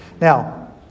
Now